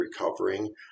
recovering